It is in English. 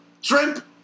shrimp